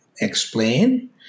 explain